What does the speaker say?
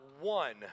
one